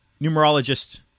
numerologist